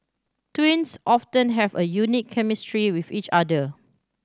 twins often have a unique chemistry with each other